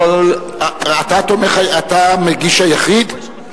אתה המגיש היחיד?